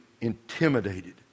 intimidated